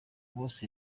bose